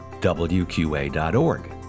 WQA.org